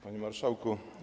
Panie Marszałku!